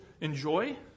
enjoy